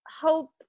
hope